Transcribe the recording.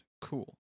cool